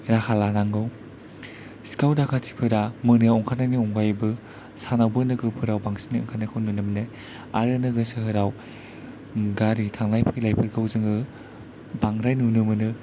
राहा लानांगौ सिखाव दाखाथिफोरा मोनायाव ओंखारनायनि अनगायैबो सानावबो नोगोरफोराव बांसिन ओंखारनायखौ नुनो मोनो आरो नोगोर सोहोराव गारि थांलाय फैलायफोरखौ जोङो बांद्राय नुनो मोनो